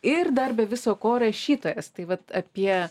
ir dar be viso ko rašytojas tai vat apie